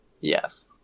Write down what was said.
Yes